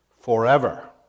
forever